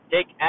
Take